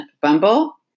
Bumble